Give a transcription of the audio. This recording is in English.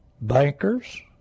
bankers